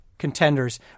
contenders